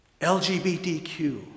LGBTQ